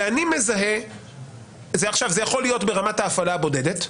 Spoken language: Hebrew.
זה יכול להיות ברמת ההפעלה הבודדת,